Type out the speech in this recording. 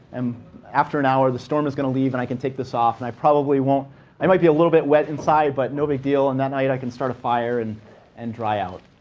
um after an hour, the storm is going to leave and i can take this off. and i probably won't i might be a little bit wet inside, but no big deal. and that night, i can start a fire and and dry out.